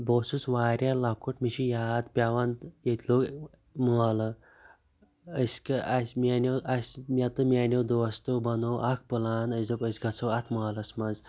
بہٕ اوسُس واریاہ لۅکُٹ مےٚ چھُ یاد پیٚوان ییٚتہِ لوٚگ مٲلہٕ أسۍ کیٛاہ اَسہِ میٛانیٚو اَسہِ تہٕ میٛانیٚو دوستو بَنوو اَکھ پُلان اَسہِ دوٚپ أسۍ گَژھو اَتھ مٲلَس منٛز